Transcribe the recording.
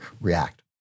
react